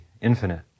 infinite